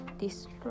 destroy